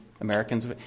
Americans